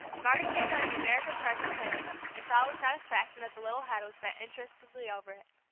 margaret gave her a numerical chart to play with, and saw with satisfaction that the little head was bent interestedly over it.